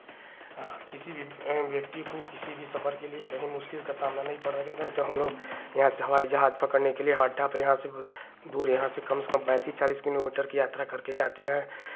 हाँ किसी भी व्यक्ति को किसी भी सफ़र के लिए कहीं मुश्किल का सामना नहीं पड़ेगा नहीं तो हमलोग यहाँ से हवाई जहाज पकड़ने के लिए हवाई अड्डा यहाँ से दूर यहाँ से कम से कम पैंतीस चालीस किलोमीटर की यात्रा करके जाते हैं